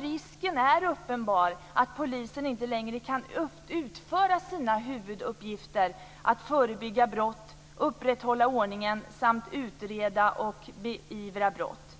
Risken är uppenbar att polisen inte längre kan utföra sina huvuduppgifter, att förebygga brott, upprätthålla ordningen samt utreda och beivra brott.